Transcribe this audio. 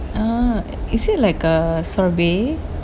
uh is it like a sorbet